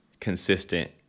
consistent